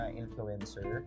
influencer